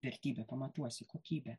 vertybę pamatuosi kokybe